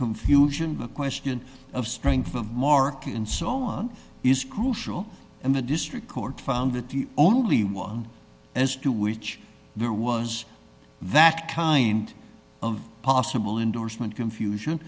confusion the question of strength of market and so on is crucial and the district court found that the only one as to which there was that kind of possible endorsement confusion